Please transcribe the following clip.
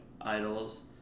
idols